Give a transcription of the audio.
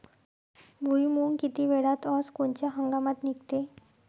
भुईमुंग किती वेळात अस कोनच्या हंगामात निगते?